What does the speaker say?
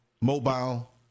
mobile